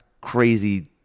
crazy